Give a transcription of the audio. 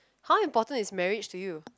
how important is marriage to you